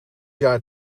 jaar